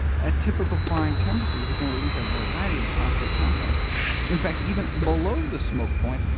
at typical frying temperatures, it can release a variety of toxic compounds in fact even below the smoke point,